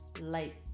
light